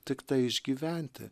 tiktai išgyventi